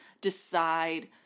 decide